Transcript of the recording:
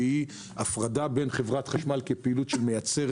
שהיא הפרדה בין חברת החשמל כפעילות שמייצרת